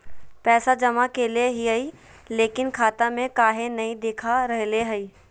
पैसा जमा कैले हिअई, लेकिन खाता में काहे नई देखा रहले हई?